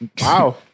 Wow